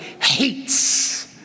hates